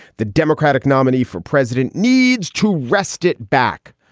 the democratic nominee for president needs to wrest it back.